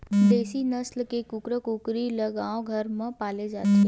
देसी नसल के कुकरा कुकरी ल गाँव घर म पाले जाथे